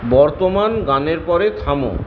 বর্তমান গানের পরে থামো